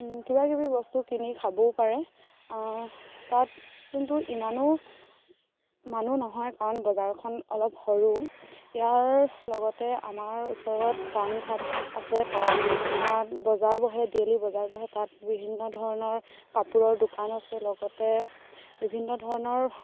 কিবা কিবি বস্তু কিনি খাবও পাৰে তাত কিন্তু ইমানো মানুহ নহয় কাৰণ বজাৰখন অলপ সৰু ইয়াৰ লগতে আমাৰ ওচৰত খোৱাং ঘাট আছে তাত বজাৰ বহে ডেইলি বজাৰ বহে তাত বিভিন্ন ধৰণৰ কাপোৰৰ দোকান আছে লগতে বিভিন্ন ধৰণৰ